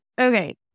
Okay